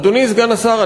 אדוני סגן השר,